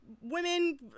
women